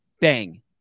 bang